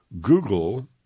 Google